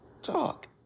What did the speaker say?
Talk